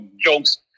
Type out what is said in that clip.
jokes